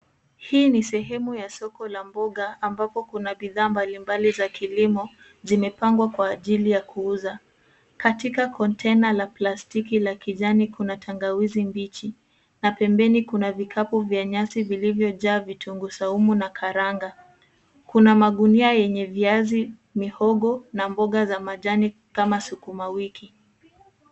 Hii ni sehemu ya soko la mboga ambapo kuna bidhaa mbalimbali za kilimo zimepangwa kwa ajili ya kuuza. Katika kontena la plastiki la kijani kuna tangawizi mbichi, na pembeni kuna vikapu vya nyasi vilivyojaa vitunguu saumu na karanga. Kuna magunia yenye viazi, mihogo, na mboga za majani kama sukuma wiki.